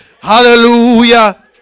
Hallelujah